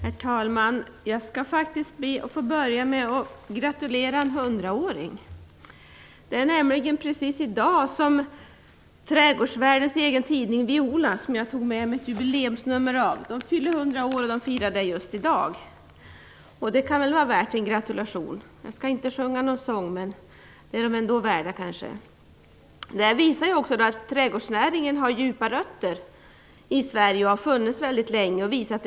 Herr talman! Jag skall faktiskt be att få börja med att gratulera en hundraåring. Precis i dag fyller trädgårdsvärldens egen tidning Viola - som jag tog med mig ett jubileumsnummer av - 100 år, och det firas just i dag. Det kan väl vara värt en gratulation, även om jag inte skall sjunga. Det här visar också att trädgårdsnäringen har djupa rötter och att den har funnits mycket länge i Sverige.